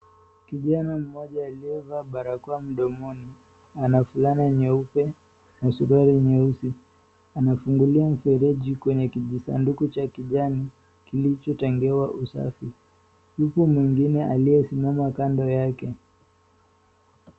Kijana mmoja aliyevaa barakoa mdomoni ana fulana nyeupe na suruali nyeusi anafungulia fereji kwenye kijisanduku cha kijani kilicho tengewa usafi. Mtu mwingine aliyesimama kando yake.